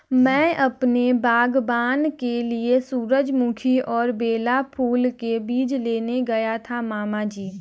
मैं अपने बागबान के लिए सूरजमुखी और बेला फूल के बीज लेने गया था मामा जी